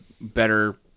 better